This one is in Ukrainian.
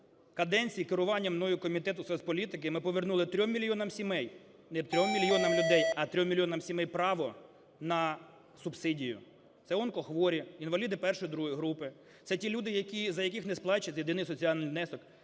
каденції керування мною Комітетом з соцполітики ми повернули 3 мільйонам сімей, не 3 мільйонам людей, а 3 мільйонам сімей, право на субсидію. Це онкохворі, інваліди І, ІІ групи, це ті люди, за яких не сплачують єдиний соціальний внесок,